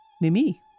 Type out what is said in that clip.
Mimi